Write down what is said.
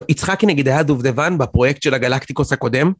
יצחק נגיד היה דובדבן בפרוייקט של הגלקטיקוס הקודם.